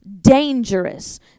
dangerous